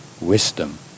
wisdom